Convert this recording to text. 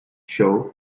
shaw